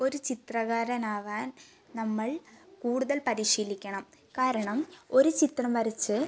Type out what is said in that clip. ഒരു ചിത്രകാരനാവാൻ നമ്മൾ കൂടുതൽ പരിശീലിക്കണം കാരണം ഒരു ചിത്രം വരച്ച്